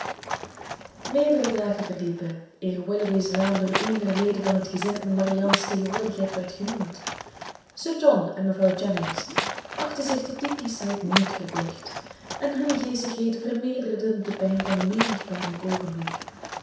meerdere dagen verliepen eer willoughby's naam door een der leden van het gezin in marianne's tegenwoordigheid werd genoemd sir john en mevrouw jennings achtten zich tot die kieschheid niet verplicht en hun geestigheden vermeerderden de pijn van menig pijnlijk oogenblik